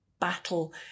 battle